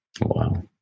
Wow